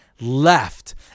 left